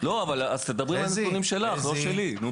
אז תדברי על הנתונים שלך, לא שלי.